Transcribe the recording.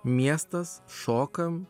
miestas šokam